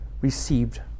received